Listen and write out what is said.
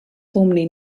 formally